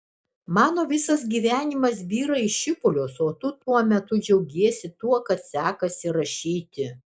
mano visas gyvenimas byra į šipulius o tu tuo metu džiaugiesi tuo kad sekasi rašyti